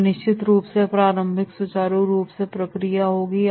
फिर निश्चित रूप से वह प्रारंभिक सुचारू रूप से प्रक्रिया होगी